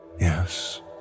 Yes